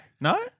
No